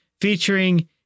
featuring